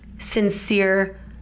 sincere